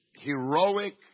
heroic